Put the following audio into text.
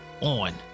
on